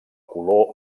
color